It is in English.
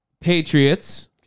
Patriots